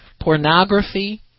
pornography